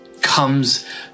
comes